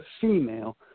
female